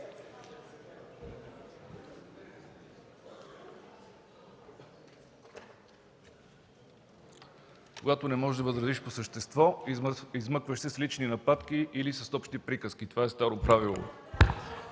Когато не можеш да възразиш по същество, се измъкваш с лични нападки или с общи приказки – това е старо правило.